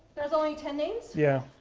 only ten names? yeah.